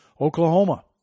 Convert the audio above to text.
Oklahoma